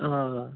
ആ ആ ആ